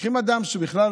לוקחים אדם שבכלל